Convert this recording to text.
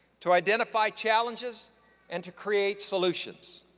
to identify challenges and to create solutions,